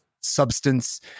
substance